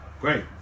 Great